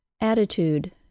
Attitude